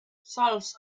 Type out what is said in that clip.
sols